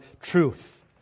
truth